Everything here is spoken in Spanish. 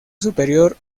superior